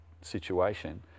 situation